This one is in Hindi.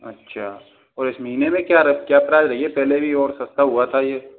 अच्छा और इस महीने में क्या क्या प्राइस रही है पहले भी और सस्ता हुआ था ये